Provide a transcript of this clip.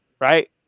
right